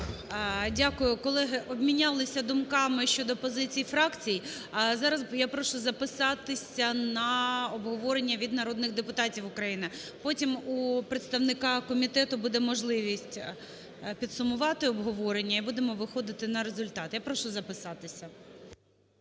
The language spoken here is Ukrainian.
Дякую. Колеги, обмінялися думками щодо позицій фракцій. Зараз я прошу записатися на обговорення від народних депутатів України. Потім у представника комітету буде можливість підсумувати обговорення, і будемо виходити на результат. Я прошу записатися.